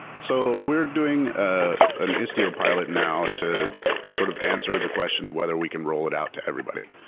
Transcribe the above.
so we are doing ah an istio pilot now to sort of answer the question of whether we can roll it out to everybody.